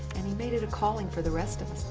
and he made it a calling for the rest of us.